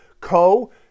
Co